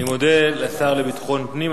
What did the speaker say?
אני מודה לשר לביטחון פנים.